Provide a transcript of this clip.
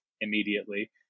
immediately